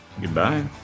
Goodbye